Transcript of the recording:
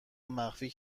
مخفی